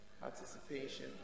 participation